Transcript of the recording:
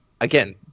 again